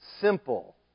simple